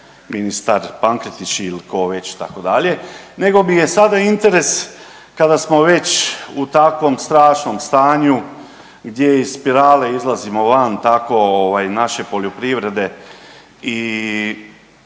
ministar Pankretić ili tko već itd., nego mi je sada interes kada smo već u takvom strašnom stanju gdje iz spirale izlazimo van tako ovaj naše poljoprivrede i